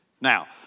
Now